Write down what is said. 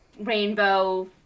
rainbow